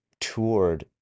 toured